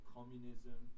Communism